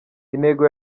intego